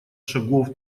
шагов